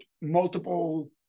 multiple